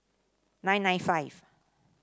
nine nine five